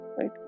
Right